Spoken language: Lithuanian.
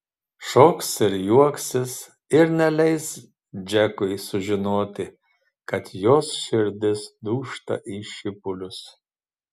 šoks ir juoksis ir neleis džekui sužinoti kad jos širdis dūžta į šipulius